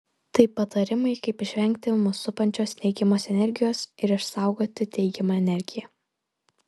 tai patarimai kaip išvengti mus supančios neigiamos energijos ir išsaugoti teigiamą energiją